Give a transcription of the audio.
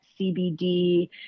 CBD